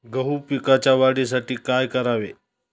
गहू पिकाच्या वाढीसाठी काय करावे?